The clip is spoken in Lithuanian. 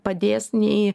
padės nei